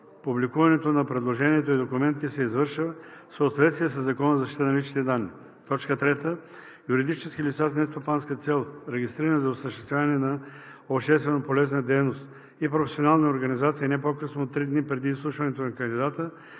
Публикуването на предложението и документите се извършва в съответствие със Закона за защита на личните данни. 3. Юридически лица с нестопанска цел, регистрирани за осъществяване на общественополезна дейност и професионални организации не по-късно от 3 дни преди изслушването на кандидата